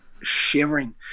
shivering